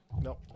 No